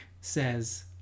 says